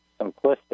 simplistic